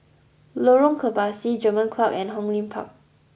Lorong Kebasi German Club and Hong Lim Park